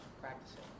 practicing